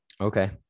Okay